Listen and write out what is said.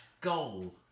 goal